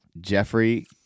Jeffrey